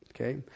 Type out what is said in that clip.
okay